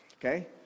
Okay